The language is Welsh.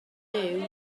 dyw